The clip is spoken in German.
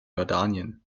jordanien